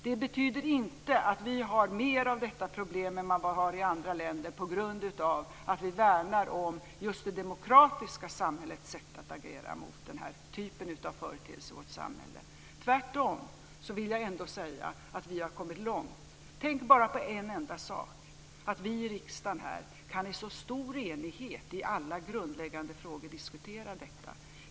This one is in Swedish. Det betyder inte att vi har mer av detta problem än vad man har i andra länder på grund av att vi värnar om just det demokratiska samhällets sätt att agera mot denna typ av företeelser i vårt samhälle. Tvärtom vill jag ändå säga att vi har kommit långt. Tänk bara på en enda sak - att vi i riksdagen i så stor enighet i alla grundläggande frågor kan diskutera detta.